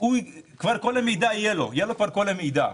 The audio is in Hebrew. כבר יהיה לו כל המידע.